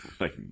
like-